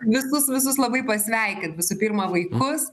visus visus labai pasveikint visų pirma vaikus